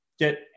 get